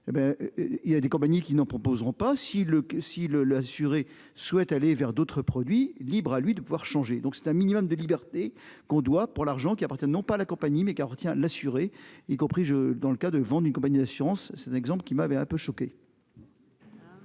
il y a des compagnies qui n'en proposeront pas si le si le l'assuré souhaite aller vers d'autres produits, libre à lui de pouvoir changer. Donc c'est un minimum de liberté qu'on doit pour l'argent qui partir non pas la compagnie mais qu'elle retient l'assuré, y compris je dans le cas de vendre une compagnie d'assurance, c'est un exemple qui m'avait un peu. Alors.